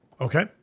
Okay